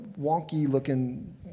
wonky-looking